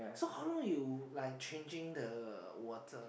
so how you like changing the water